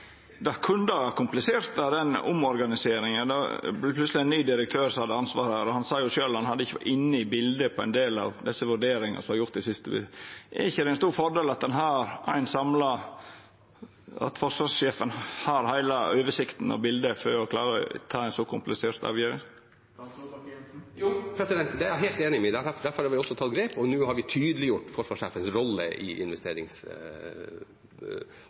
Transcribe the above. ny direktør som hadde ansvaret, og han sa sjølv at han ikkje hadde vore inne i bildet på ein del av desse vurderingane som var gjorde i det siste. Er det ikkje ein stor fordel at forsvarssjefen har heile oversikten og bildet for å klara å ta ei så komplisert avgjerd? Jo, det er jeg helt enig i. Derfor har vi også tatt grep, og nå har vi tydeliggjort forsvarssjefens rolle i